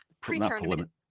Pre-tournament